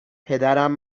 پدرم